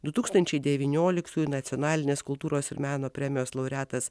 du tūkstančiai devynioliktųjų nacionalinės kultūros ir meno premijos laureatas